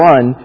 One